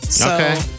Okay